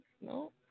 No